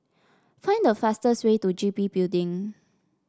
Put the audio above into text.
find the fastest way to G B Building